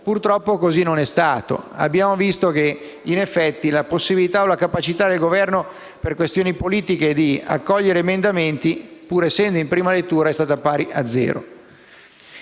purtroppo così non è stato: abbiamo visto, in effetti, che la capacità del Governo per questioni politiche di accogliere emendamenti, pur essendo in prima lettura, è pari a zero.